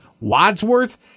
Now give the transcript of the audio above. Wadsworth